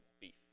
beef